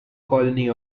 colony